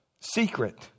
Secret